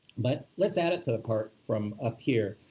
but let's add it to the cart from up here.